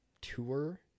tour